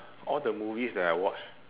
all the movies that I watch